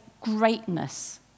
greatness